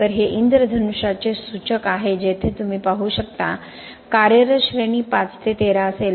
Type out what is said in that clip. तर हे इंद्रधनुष्याचे सूचक आहे जेथे तुम्ही पाहू शकता कार्यरत श्रेणी 5 ते 13 असेल